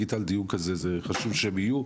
בדיון כזה חשוב שהם יהיו.